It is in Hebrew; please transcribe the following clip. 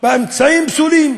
באמצעים פסולים: